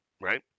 right